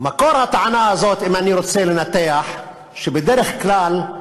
מקור הטענה הזאת, אם אני רוצה לנתח, בדרך כלל,